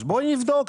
אז בואי נבדוק,